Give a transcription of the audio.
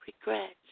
regrets